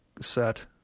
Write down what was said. set